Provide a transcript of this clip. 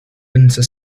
winter